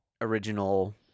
original